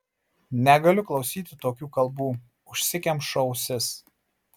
negaliu klausyti tokių kalbų užsikemšu ausis